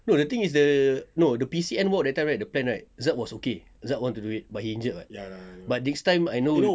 no the thing is the no the P_C_N walk that time the plan right zad was okay zad wanted to do it he injured [what]